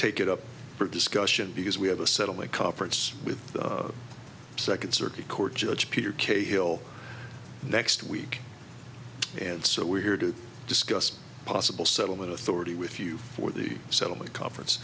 take it up for discussion because we have a settlement conference with the second circuit court judge peter cahill next week and so we're here to discuss possible settlement authority with you for the settlement conference